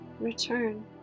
return